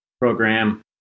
program